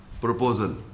proposal